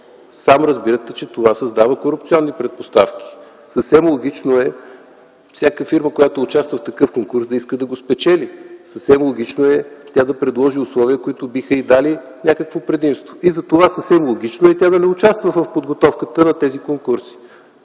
Сам разбирате, че това създава корупционни предпоставки. Съвсем логично е всяка фирма, която участва в такъв конкурс, да иска да го спечели. Съвсем логично е тя да предложи условия, които биха й дали някакво предимство. И затова съвсем логично е тя да не участва в подготовката на тези конкурси,